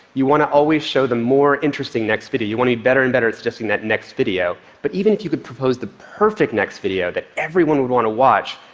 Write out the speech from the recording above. you want to always show the more interesting next video. you want to get better and better at suggesting that next video, but even if you could propose the perfect next video that everyone would want to watch,